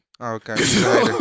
Okay